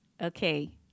okay